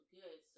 good